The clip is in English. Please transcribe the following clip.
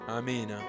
Amen